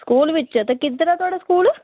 school बिच ते किद्धर ऐ थुआढ़ा स्कूल